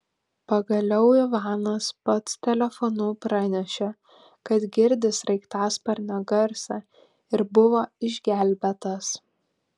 pagaliau ivanas pats telefonu pranešė kad girdi sraigtasparnio garsą ir buvo išgelbėtas